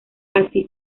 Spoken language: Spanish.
así